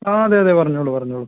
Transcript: ആ അതെ അതെ പറഞ്ഞോളൂ പറഞ്ഞോളൂ